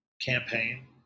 campaign